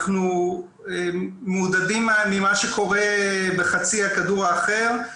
אנחנו מעודדים ממה שקורה בחצי הכדור האחר,